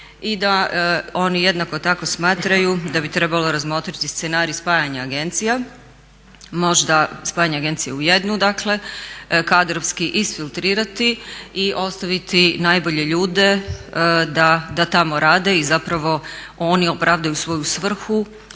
i da oni jednako tako smatraju da bi trebalo razmotriti scenarij spajanja agencija. Možda spajanje agencija u jednu, dakle kadrovski isfiltrirati i ostaviti najbolje ljude da tamo rade i zapravo oni opravdaju svoju svrhu